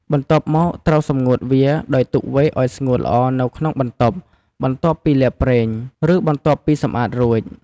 បន្ទាប់មកត្រូវសម្ងួតវា ដោយទុកវែកឱ្យស្ងួតល្អនៅក្នុងម្លប់ បន្ទាប់ពីលាបប្រេង ឬបន្ទាប់ពីសម្អាតរួច។